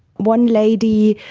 one lady,